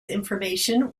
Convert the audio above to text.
information